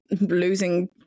losing